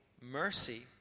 mercy